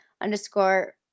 underscore